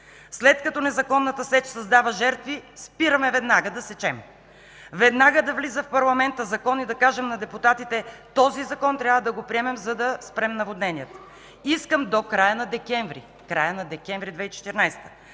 „След като незаконната сеч създава жертви, спираме веднага да сечем. Веднага да влиза в парламента закон и да кажем на депутатите – този закон трябва да го приемем, за да спрем наводненията. Искам до края на декември – края на декември 2014